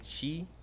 Chi